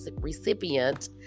recipient